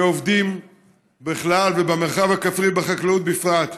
כעובדים בכלל ובמרחב הכפרי בחקלאות בפרט.